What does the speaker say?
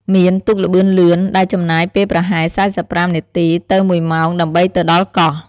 មាន ទូកល្បឿនលឿន ដែលចំណាយពេលប្រហែល ៤៥ នាទីទៅ ១ ម៉ោងដើម្បីទៅដល់កោះ។